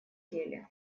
деле